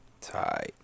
Tight